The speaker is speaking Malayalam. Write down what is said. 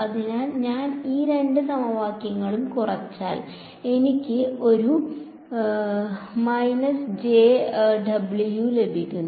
അതിനാൽ ഞാൻ ഈ രണ്ട് സമവാക്യങ്ങളും കുറച്ചാൽ എനിക്ക് ഒരു ലഭിക്കും